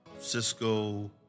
Cisco